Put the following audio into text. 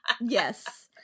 Yes